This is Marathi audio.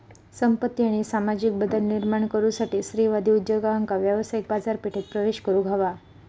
संपत्ती आणि सामाजिक बदल निर्माण करुसाठी स्त्रीवादी उद्योजकांका व्यावसायिक बाजारपेठेत प्रवेश करुक हवा